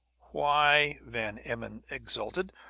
why, van emmon exulted,